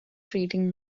treating